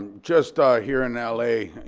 and just ah here in l a.